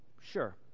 Sure